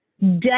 dead